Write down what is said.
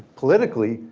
politically,